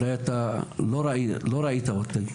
אתה לא ראית אותי,